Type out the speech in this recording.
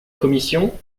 commission